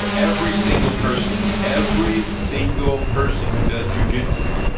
but every single person, every single person who does jujitsu,